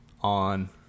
on